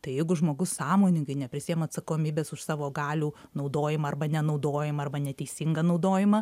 tai jeigu žmogus sąmoningai neprisiima atsakomybės už savo galių naudojimą arba nenaudojimą arba neteisingą naudojimą